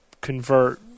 convert